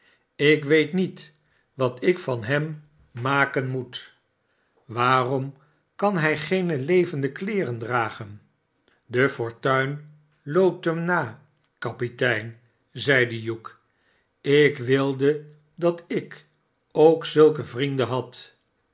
ik weet niet wat ik van hem maken moet waarom kan hij geene levende kleeren dragen de fortuin loopt hem na kapitein zeide hugh ik wilde dat ik ook zulke vrienden had